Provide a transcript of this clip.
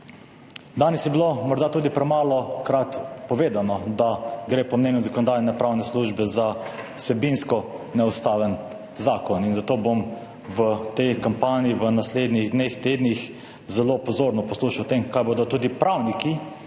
Danes je bilo morda premalokrat povedano, da gre po mnenju Zakonodajno-pravne službe za vsebinsko neustaven zakon. Zato bom v tej kampanji v naslednjih dneh, tednih zelo pozorno poslušal o tem, kaj bodo tudi pravniki,